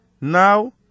Now